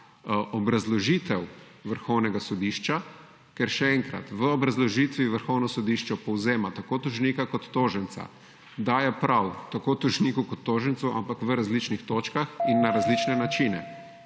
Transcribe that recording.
obrazložitev Vrhovnega sodišča, ker še enkrat, v obrazložitvi Vrhovno sodišče povzema tako tožnika kot toženca daje prav tako tožniku kot tožencu, ampak v različnih točkah in na različne načine.